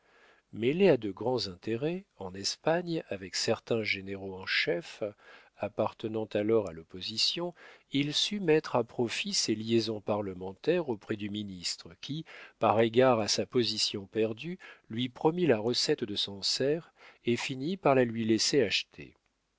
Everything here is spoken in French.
mêlé à de grands intérêts en espagne avec certains généraux en chef appartenant alors à l'opposition il sut mettre à profit ces liaisons parlementaires auprès du ministre qui par égard à sa position perdue lui promit la recette de sancerre et finit par la lui laisser acheter